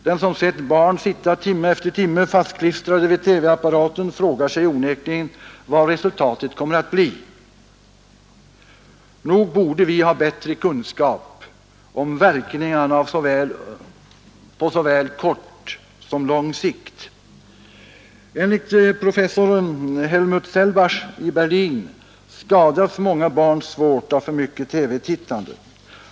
Den som sett barn sitta timme efter timme fastklistrade vid TV-apparaten frågar sig onekligen vad resultatet kommer att bli. Nog borde vi ha bättre kunskap om verkningarna på såväl kort som lång sikt. Enligt professor Helmuth Sellbach i Berlin skadas många barn svårt av för mycket TV-tittande.